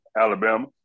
Alabama